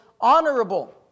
honorable